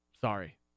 Sorry